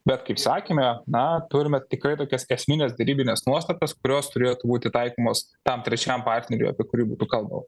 bet kaip sakėme na turime tikrai tokias esmines derybines nuostatas kurios turėtų būti taikomos tam trečiam partneriui apie kurį būtų kalbama